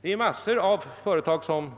Men massor av företag